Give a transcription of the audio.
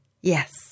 Yes